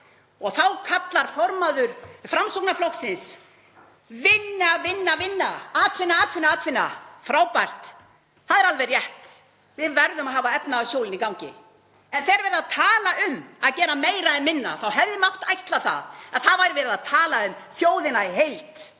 Þá kallar formaður Framsóknarflokksins: Vinna, vinna, atvinna, atvinna. Frábært. Það er alveg rétt. Við verðum að hafa efnahagshjólin í gangi. En þegar verið er að tala um að gera meira en minna þá hefði mátt ætla að verið væri að tala um þjóðina í heild,